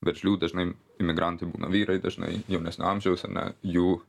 veržlių dažnai imigrantai būna vyrai dažnai jaunesnio amžiaus ane jų